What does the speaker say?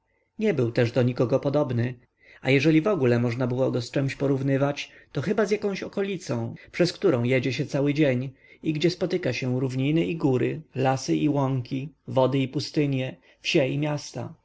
nie był też do nikogo podobny a jeżeli wogóle można go było z czemś porównywać to chyba z jakąś okolicą przez którą jedzie się cały dzień i gdzie spotyka się równiny i góry lasy i łąki wody i pustynie wsie i miasta